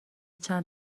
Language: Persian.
چند